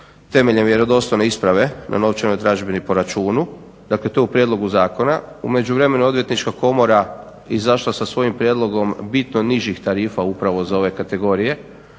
temeljem vjerodostojne isprave na novčanoj tražbini po računu. Dakle, to je u prijedlogu zakona. U međuvremenu je Odvjetnička komora izašla sa svojim prijedlogom bitno nižih tarifa upravo za ove kategorije